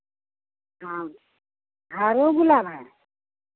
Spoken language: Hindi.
हाँ हरो गुलाब है